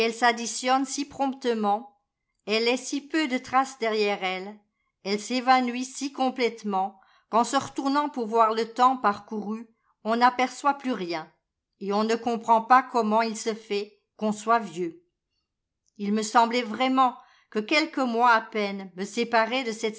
si promptement elles laissant si peu de trace derrière elles elles s'évanouissent si complètement qu'en se retournant pour voir le temps parcouru on n'aperçoit plus rien et on ne comprend pas comment il se fait qu'on soit vieux il me semblait vraiment que quelques mois à peine me séparaient de